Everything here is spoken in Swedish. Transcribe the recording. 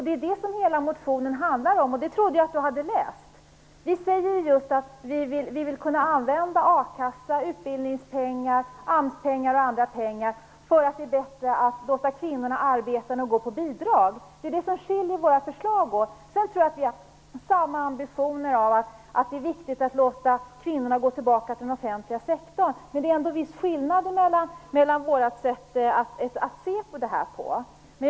Det är det som motionen handlar om. Det trodde jag att Hans Andersson hade läst. Vi säger just att vi vill kunna använda a-kassa, utbildningspengar, AMS-pengar och andra pengar för att det är bättre att låta kvinnorna arbeta än gå på bidrag. Det är det som skiljer våra förslag åt. Sedan tror jag att vi har samma ambitioner och tycker att det är viktigt att låta kvinnorna gå tillbaka till den offentliga sektorn, men det är ändå viss skillnad mellan våra sätt att se på saken.